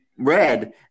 red